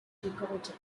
decollete